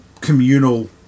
communal